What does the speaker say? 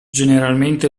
generalmente